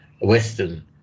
Western